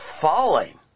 falling